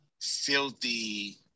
filthy